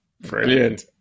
Brilliant